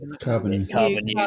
carbon